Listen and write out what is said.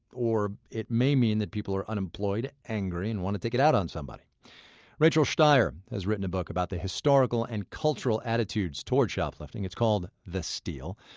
or it may mean that people are unemployed, angry and want to take it out on someone rachel shteir has written a book about the historical and cultural attitudes toward shoplifting. it's called the steal.